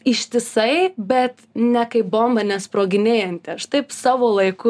ištisai bet ne kaip bomba ne sproginėjanti aš taip savo laiku